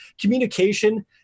communication